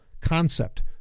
concept